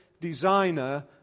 designer